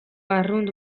arrunt